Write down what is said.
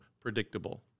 predictable